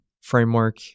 framework